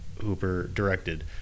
Hooper-directed